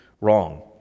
wrong